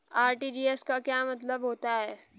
RTGS का क्या मतलब होता है?